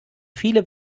viele